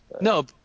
No